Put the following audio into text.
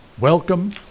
Welcome